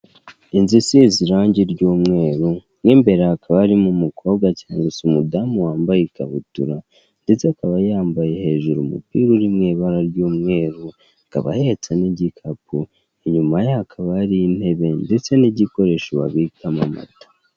Inzu isize irange ry'umweru mo imbere hakaba harimo umukobwa cyangwa se umudamu wambaye ikabutura ndetse akaba yambaye hejuru umupira uri mu ibara ry'umweru, akaba ahetse n'igikapu, inyuma ye hakaba hari intebe ndetse n'igikoresho babikamo amata.